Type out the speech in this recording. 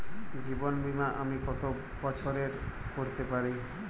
জীবন বীমা আমি কতো বছরের করতে পারি?